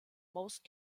most